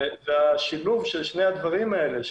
השילוב של שני הדברים האלה,